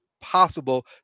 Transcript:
possible